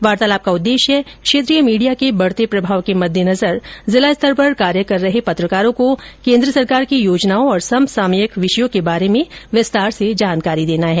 वार्तालाप का उद्देश्य क्षेत्रीय मीडिया के बढ़ते प्रभाव के मद्देनजर जिला स्तर पर कार्य कर रहे पत्रकारों को केन्द्र सरकार की योजनाओं और सम सामयिक विषयों के बारे मे विस्तार से जानकारी देना है